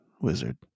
wizard